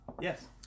Yes